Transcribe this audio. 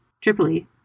Tripoli